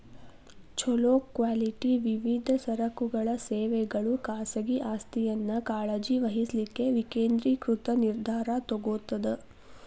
ಛೊಲೊ ಕ್ವಾಲಿಟಿ ವಿವಿಧ ಸರಕುಗಳ ಸೇವೆಗಳು ಖಾಸಗಿ ಆಸ್ತಿಯನ್ನ ಕಾಳಜಿ ವಹಿಸ್ಲಿಕ್ಕೆ ವಿಕೇಂದ್ರೇಕೃತ ನಿರ್ಧಾರಾ ತೊಗೊತದ